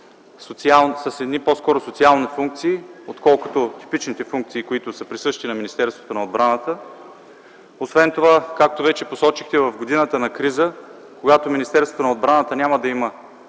с едни по-скоро социални функции, отколкото типичните функции, които са присъщи на Министерството на отбраната. Освен това, както вече посочихте, в годината на криза, когато Министерството на отбраната няма да има